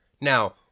Now